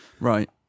right